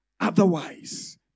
Otherwise